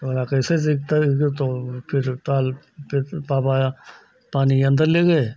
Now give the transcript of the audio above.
बोला कैसे सीखता तो फिर ताल फिर पापा पानी के अंदर ले गए